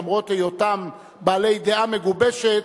למרות היותם בעלי דעה מגובשת,